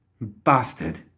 Bastard